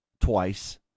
Twice